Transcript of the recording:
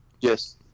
Yes